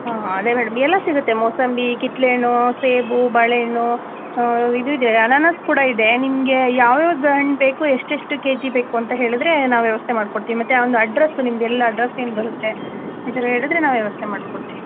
ಹಾಂ ಅದೆ ಮೇಡಮ್ ಎಲ್ಲ ಸಿಗುತ್ತೆ ಮೂಸಂಬಿ ಕಿತ್ಳೆಹಣ್ಣು ಸೇಬು ಬಾಳೆಹಣ್ಣು ಇದು ಇದೆ ಅನಾನಸ್ ಕೂಡ ಇದೆ ನಿಮಗೆ ಯಾವ ಯಾವ್ದು ಹಣ್ಣು ಬೇಕು ಎಷ್ಟೆಷ್ಟು ಕೆಜಿ ಬೇಕು ಅಂತ ಹೇಳಿದ್ರೆ ನಾವು ವ್ಯವಸ್ಥೆ ಮಾಡ್ಕೊಡ್ತೀವಿ ಮತ್ತು ಆ ಒಂದು ಅಡ್ರಸ್ ನಿಮ್ದೆಲ್ಲಿ ಅಡ್ರಸ್ ಏನು ಬರುತ್ತೆ ಇದೆಲ್ಲ ಹೇಳಿದರೆ ನಾವು ವ್ಯವಸ್ಥೆ ಮಾಡ್ಕೊಡ್ತೀವಿ